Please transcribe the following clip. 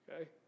okay